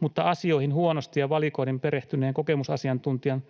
mutta asioihin huonosti ja valikoiden perehtyneen kokemusasiantuntijan